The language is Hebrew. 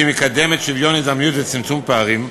המקדמת שוויון הזדמנויות וצמצום פערים.